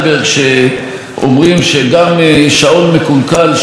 שאומרים שגם שעון מקולקל שעומד,